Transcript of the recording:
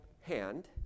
hand